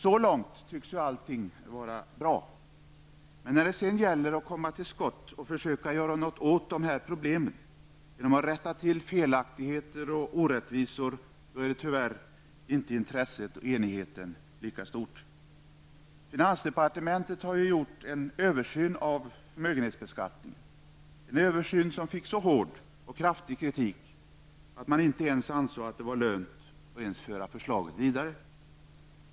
Så långt tycks det alltså vara bra. Men när det sedan gäller att komma till skott och försöka göra något åt problemen genom att rätta till felaktigheter och orättvisor, är tyvärr inte intresset och enigheten lika stort. Finansdepartementet har gjort en översyn av förmögenhetsbeskattningen. Det var en översyn som fick så hård och kraftig kritik att man inte ens ansåg det vara lönt att ens föra förslaget vidare.